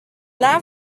love